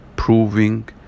proving